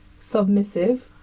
submissive